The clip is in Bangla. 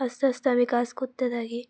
আসতে আসতে আমি কাজ করতে থাকি